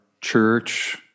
church